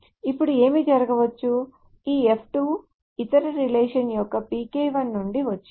ఇప్పుడు ఏమి జరగవచ్చు ఈ f2 ఇతర రిలేషన్ యొక్క pk1 నుండి వచ్చింది